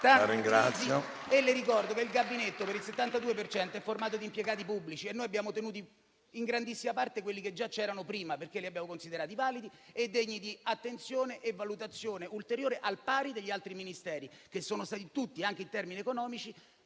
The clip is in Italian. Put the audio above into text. e le ricordo che il gabinetto per il 72 per cento è formato di impiegati pubblici e noi abbiamo tenuto in grandissima parte quelli che già c'erano prima, perché li abbiamo considerati validi e degni di attenzione e valutazione ulteriore, al pari degli altri Ministeri, che sono stati tutti, anche in termini economici,